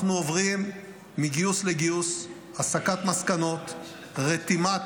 מגיוס לגיוס אנחנו עוברים הסקת מסקנות, רתימת